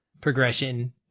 progression